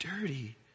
dirty